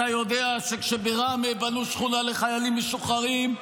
אתה יודע שכשבראמה בנו שכונה לחיילים משוחררים,